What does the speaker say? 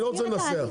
אני לא רוצה לנסח,